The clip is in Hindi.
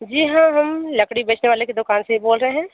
जी हाँ हम लकड़ी बेचने वाले के दुकान से ही बोल रहे हैं